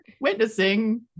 witnessing